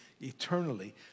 eternally